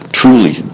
truly